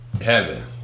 Heaven